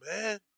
man